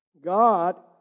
God